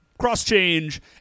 cross-change